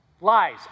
lies